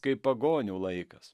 kaip pagonių laikas